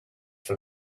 for